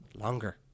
longer